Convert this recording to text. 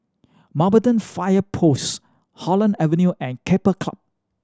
Mountbatten Fire Post Holland Avenue and Keppel Club